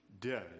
dead